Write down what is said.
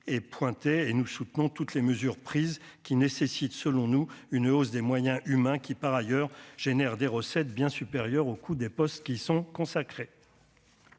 et pointé et nous soutenons toutes les mesures prises, qui nécessitent, selon nous, une hausse des moyens humains qui, par ailleurs, génère des recettes bien supérieur au coût des postes qui sont consacrés.